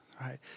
right